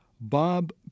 Bob